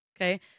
Okay